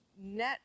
net